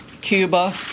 Cuba